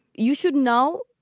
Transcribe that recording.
you should know